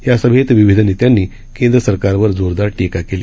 यासभेतविविधनेत्यांनीकेंद्रसरकारवरजोरदारटीकाकेली